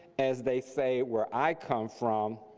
as they say where i come from,